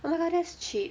!wah! then that's cheap